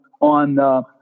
on –